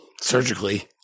Surgically